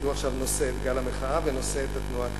כי הוא עכשיו נושא את גל המחאה ונושא את התנועה קדימה.